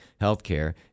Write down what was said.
Healthcare